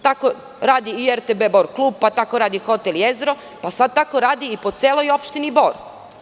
Tako radi i RTB Bor Klub, pa tako radi hotel „Jezero“, pa sada tako radi po celoj opštini Bor.